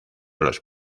los